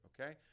okay